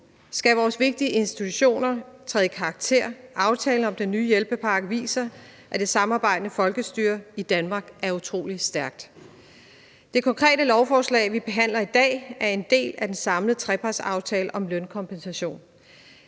skal vores vigtige institutioner træde i karakter. Aftalen om den nye hjælpepakke viser, at det samarbejdende folkestyre i Danmark er utrolig stærkt. Det konkrete lovforslag, vi behandler i dag, er en del af den samlede trepartsaftale om lønkompensation.